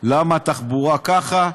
למה התחבורה ככה?